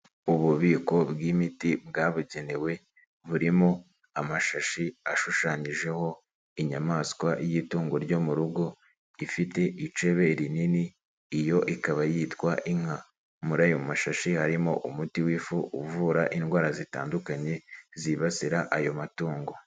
Ububiko bw'imiti bwabugenewe burimo amashashi ashushanyijeho inyamaswa y'itungo ryo mu rugo ifite icebe rinini, iyo ikaba yitwa inka. Muri ayo mashashi harimo umuti w'ifu uvura indwara zitandukanye zibasira ayo matungo.